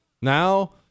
Now